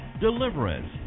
Deliverance